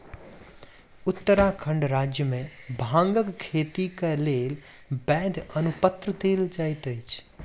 उत्तराखंड राज्य मे भांगक खेती के लेल वैध अनुपत्र देल जाइत अछि